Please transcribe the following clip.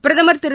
பிரதமர் திரு